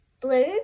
blue